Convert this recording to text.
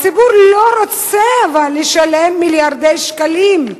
אבל הציבור לא רוצה לשלם מיליארדי שקלים,